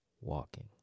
walking